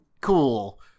cool